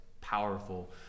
powerful